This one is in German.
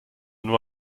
nur